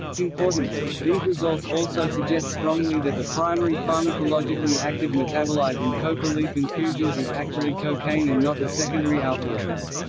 importantly, these results also suggest strongly that the primary pharmacologically active metabolite in coca leaf infusions is actually cocaine and not the secondary alkaloids.